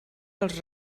els